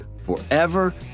forever